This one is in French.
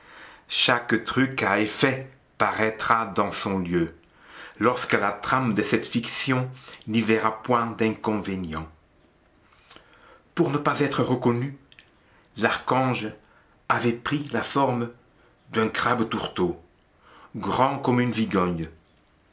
chaque truc à effet paraîtra dans son lieu lorsque la trame de cette fiction n'y verra point d'inconvénient pour ne pas être reconnu l'archange avait pris la forme d'un crabe tourteau grand comme une vigogne